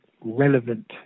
relevant